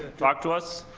ah talk to us.